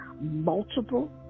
multiple